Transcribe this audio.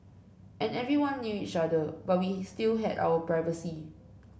and everyone knew each other but we still had our privacy